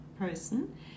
person